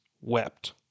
wept